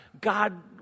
God